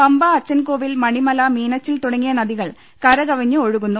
പമ്പ അച്ചൻകോവിൽ മണിമല മീനച്ചിൽ തുടങ്ങിയ നദികൾ കരക വിഞ്ഞ് ഒഴുകുന്നു